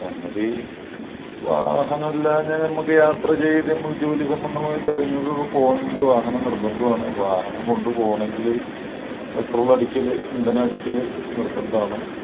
സംഗതി വാഹനം ഇല്ലാഞ്ഞാൽ ഞമ്മക്ക് യാത്ര ചെയ്തെന്നു ജോലി സംബന്ധമായ കാര്യങ്ങൾക്കൊക്കെ പോണമെങ്കിൽ വാഹനം നിർബന്ധം ആണ് വാഹനം കൊണ്ടുപോണെങ്കിൽ പെട്രോളടിക്കൽ ഇന്ധനടിക്കൽ നിർബന്ധമാണ്